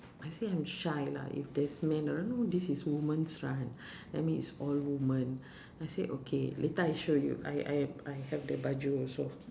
I say I'm shy lah if there's men I know this is women's run that means all women I say okay later I show you I I I have the baju also